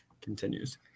continues